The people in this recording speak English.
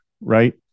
right